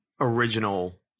original